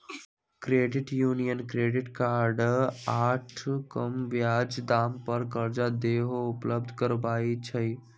credit union credit card आऽ कम ब्याज दाम पर करजा देहो उपलब्ध करबइ छइ